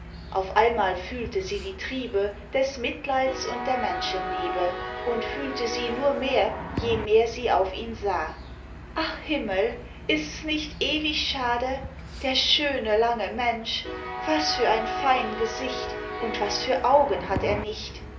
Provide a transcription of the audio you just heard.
auf einmal fühlte sie die triebe des mitleids und der menschenliebe und fühlte sie nur mehr je mehr sie auf ihn sah ach himmel ists nicht ewig schade der schöne lange mensch was für ein fein gesicht und was für augen hat er nicht